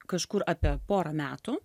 kažkur apie porą metų